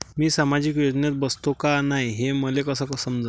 मी सामाजिक योजनेत बसतो का नाय, हे मले कस समजन?